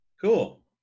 cool